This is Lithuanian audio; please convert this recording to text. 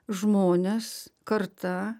žmonės karta